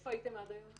איפה הייתם עד היום?